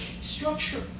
Structure